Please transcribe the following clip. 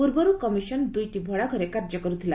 ପୂର୍ବରୁ କମିଶନ୍ ଦୁଇଟି ଭଡ଼ାଘରେ କାର୍ଯ୍ୟ କରୁଥିଲା